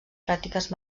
pràctiques